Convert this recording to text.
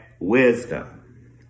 Wisdom